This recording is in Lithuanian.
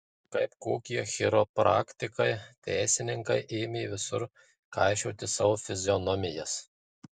kaip kokie chiropraktikai teisininkai ėmė visur kaišioti savo fizionomijas